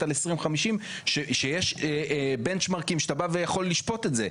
על 2050 שיש בנאצ' מארקים שאתה בא ויכול לשפוט את זה,